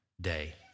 day